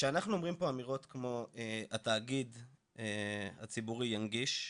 כשאנחנו אומרים פה אמירות כמו התאגיד הציבורי ינגיש,